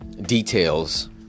details